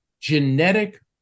genetic